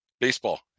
baseball